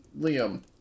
Liam